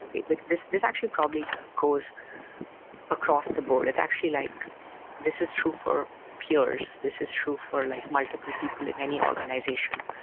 like this this actually probably goes across the board. it's actually like this is true for peers. this is true for like multiple people in any organization.